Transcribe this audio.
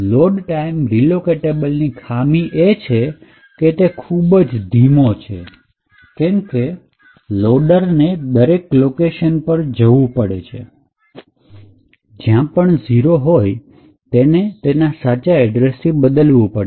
load time રીલોકેટેબલની ખામી એ છે કે તે ખૂબ જ ધીમો છે કેમકે લોડરને દરેક લોકેશન પર જવું પડે છે અને જ્યાં ૦ હોય તેને તેના સાચા એડ્રેસ થી બદલવું પડે છે